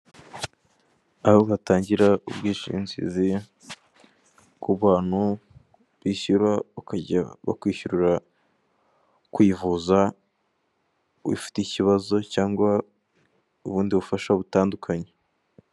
Aho batangirwa ubwishingizi kubantu bishyura ukishyurira kwivuza ufite ikibazo cyangwa ubundi bufasha butandukanye.